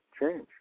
change